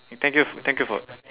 thank you f~ thank you for